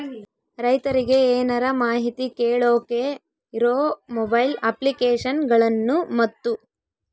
ರೈತರಿಗೆ ಏನರ ಮಾಹಿತಿ ಕೇಳೋಕೆ ಇರೋ ಮೊಬೈಲ್ ಅಪ್ಲಿಕೇಶನ್ ಗಳನ್ನು ಮತ್ತು?